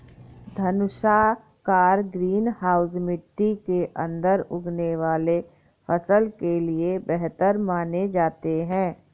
धनुषाकार greenhouse मिट्टी के अंदर उगने वाले फसल के लिए बेहतर माने जाते हैं